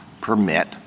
permit —